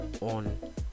on